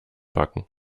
backen